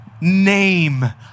name